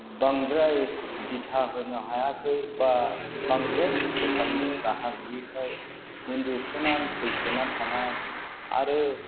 बांद्राय दिथा होनो हायाखै एबा बांद्राय फोसाबनो राहा गैयिखाय उन्दुसोनानै सैसोनानै थानाय आरो